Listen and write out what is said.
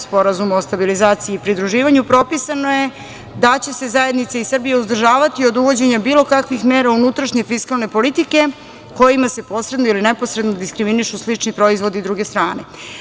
Sporazuma o stabilizaciji i pridruživanju propisano je da će se zajednice iz Srbije uzdržavati od uvođenja bilo kakvih mera unutrašnje fiskalne politike kojima se posredno ili neposredno diskriminišu slični proizvodi i druge strane.